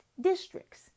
districts